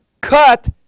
cut